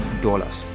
dollars